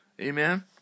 Amen